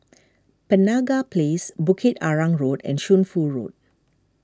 Penaga Place Bukit Arang Road and Shunfu Road